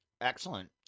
Excellent